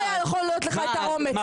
לא היה יכול להיות לך את האומץ.